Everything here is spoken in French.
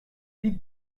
dis